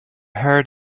heard